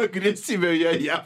agresyvioje jav